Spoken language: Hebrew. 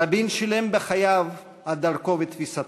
רבין שילם בחייו על דרכו ותפיסתו.